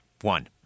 One